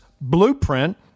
blueprint